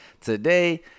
today